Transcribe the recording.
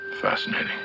Fascinating